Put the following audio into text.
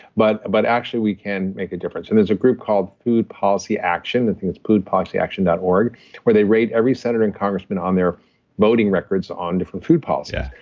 but but actually we can make a difference, and there's a group called food policy action. i and think it's foodpolicyaction dot org where they rate every senator and congressman on their voting records on different food policies,